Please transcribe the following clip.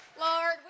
Lord